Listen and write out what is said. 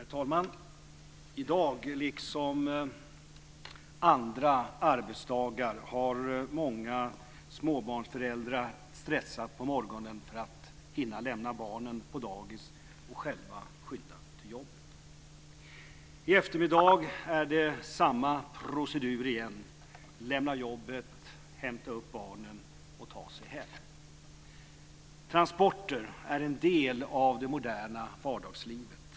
Herr talman! I dag liksom andra arbetsdagar har många småbarnsföräldrar stressat på morgonen för att hinna lämna barnen på dagis och själva skynda till jobbet. I eftermiddag är det samma procedur igen: lämna jobbet, hämta upp barnen och ta sig hem. Transporter är en del av det moderna vardagslivet.